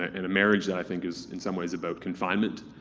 and a marriage that i think is in some ways about confinement,